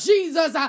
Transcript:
Jesus